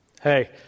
Hey